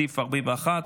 סעיף 41(ד)